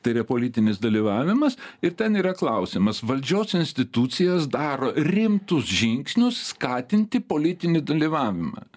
tai yra politinis dalyvavimas ir ten yra klausimas valdžios institucijos daro rimtus žingsnius skatinti politinį dalyvavimą